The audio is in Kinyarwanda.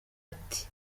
ati